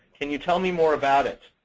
can you tell me more about it?